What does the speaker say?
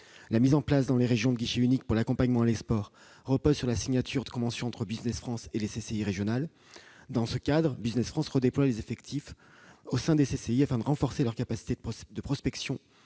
La mise en place dans les régions de « guichets uniques » pour l'accompagnement à l'export repose sur la signature de conventions entre Business France et les CCI régionales. Dans ce cadre, Business France redéploie des effectifs au sein des CCI afin de renforcer leurs capacités de prospection